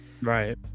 right